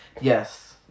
Yes